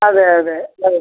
അതെ അതെ അവർ